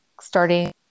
starting